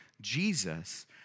Jesus